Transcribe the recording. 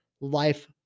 life